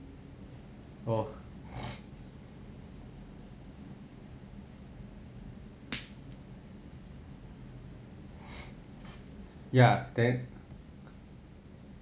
oh yeah then